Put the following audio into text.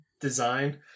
design